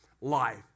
life